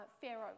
Pharaoh